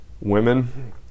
women